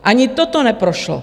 Ani toto neprošlo.